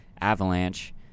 avalanche